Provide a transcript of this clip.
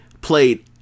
played